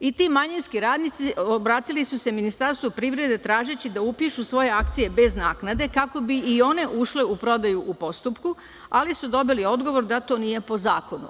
I, ti manjinski radnici obratili su se Ministarstvu privrede tražeći da upišu svoje akcije bez naknade kako bi i one ušle u prodaju u postupku, ali su dobili odgovor da to nije po zakonu.